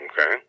Okay